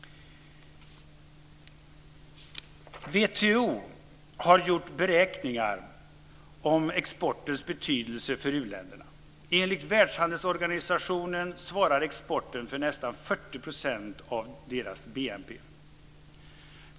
WTO har gjort beräkningar av exportens betydelse för u-länderna. Enligt världshandelsorganisationen svarar exporten för nästan 40 % av deras BNP.